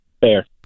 fair